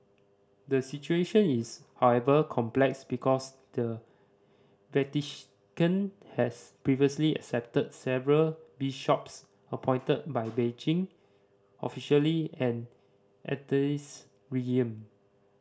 the situation is however complex because the Vatican has previously accepted several bishops appointed by Beijing officially an atheist regime